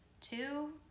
two